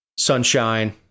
Sunshine